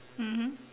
mmhmm